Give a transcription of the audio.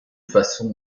façon